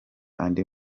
andi